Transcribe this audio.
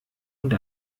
und